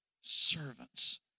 servants